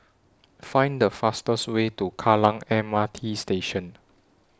Find The fastest Way to Kallang M R T Station